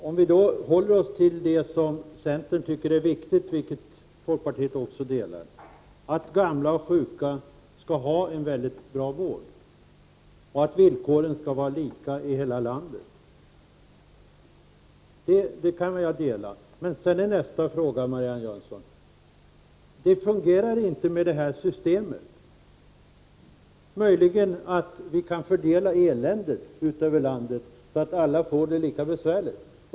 Om vi håller oss till det som centern tycker är viktigt, att gamla och sjuka skall ha en mycket bra vård och att villkoren skall vara lika i hela landet, är det uppfattningar som folkpartiet också delar. Men det fungerar inte med det här systemet, Marianne Jönsson. Möjligen kan vi fördela eländet över landet, så att alla får det lika besvärligt.